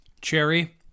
Cherry